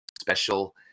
special